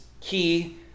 key